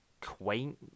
quaint